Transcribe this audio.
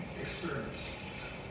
experience